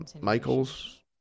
michael's